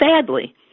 Sadly